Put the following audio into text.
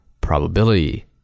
probability